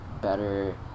better